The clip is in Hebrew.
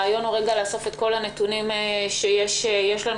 הרעיון הוא לאסוף את כל הנתונים שיש לנו